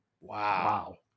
Wow